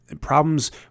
problems